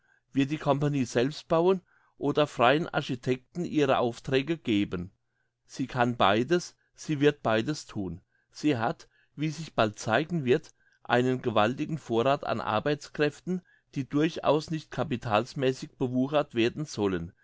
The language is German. wird die company selbst bauen oder freien architekten ihre aufträge geben sie kann beides sie wird beides thun sie hat wie sich bald zeigen wird einen gewaltigen vorrath an arbeitskräften die durchaus nicht capitalsmässig bewuchert werden sollen